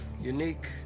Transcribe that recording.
unique